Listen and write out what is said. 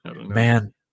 Man